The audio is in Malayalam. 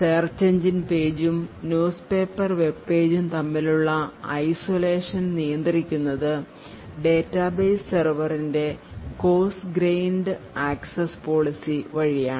സെർച്ച് എഞ്ചിൻ പേജും newspaper വെബ്പേജും തമ്മിലുള്ള isolation നിയന്ത്രിക്കുന്നത് ഡാറ്റാ ബേസ് സെർവറിന്റെ coarse grained access policy വഴിയാണ്